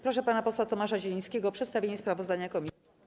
Proszę pana posła Tomasza Zielińskiego o przedstawienie sprawozdania komisji.